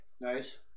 Nice